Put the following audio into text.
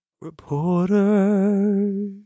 reporter